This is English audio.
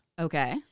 Okay